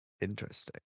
Interesting